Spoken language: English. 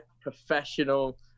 professional